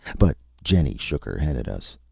but jenny shook her head at us.